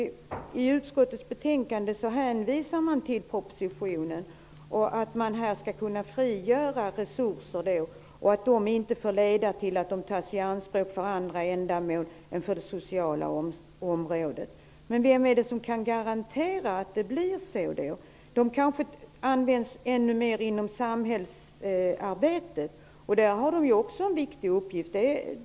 I utskottsbetänkandet hänvisar man till propositionen och till att resurser skall kunna frigöras här. Vidare sägs det att detta inte får leda till att resurserna tas i anspråk för andra ändamål. De skall gälla för det sociala området. Men vem kan garantera att det blir så? Resurserna används kanske ännu mer inom samhällsarbetet, där de ju också har en viktig uppgift.